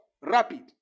rapid